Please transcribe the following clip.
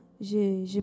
J'ai